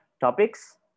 topics